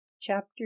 Chapter